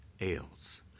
else